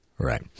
Right